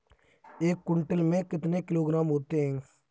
एक क्विंटल में कितने किलोग्राम होते हैं?